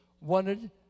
wanted